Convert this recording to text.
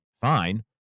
fine